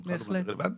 זה בכלל לא רלוונטי.